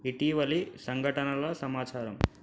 ఇటీవలి సంఘటనల సమాచారం